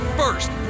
first